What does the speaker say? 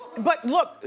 but look,